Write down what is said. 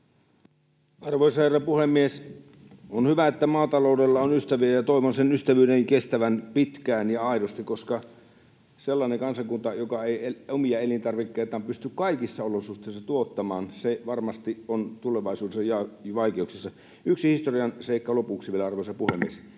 Arvoisa herra puhemies! On hyvä, että maataloudella on ystäviä. Toivon sen ystävyyden kestävän pitkään ja aidosti, koska sellainen kansakunta, joka ei omia elintarvikkeitaan pysty kaikissa olosuhteissa tuottamaan, varmasti on tulevaisuudessa vaikeuksissa. Yksi historianseikka lopuksi vielä, arvoisa puhemies.